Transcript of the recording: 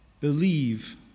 believe